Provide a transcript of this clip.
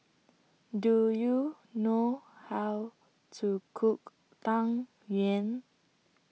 Do YOU know How to Cook Tang Yuen